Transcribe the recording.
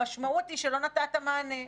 המשמעות היא שלא נתת מענה.